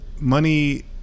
money